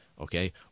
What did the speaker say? okay